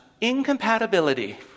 incompatibility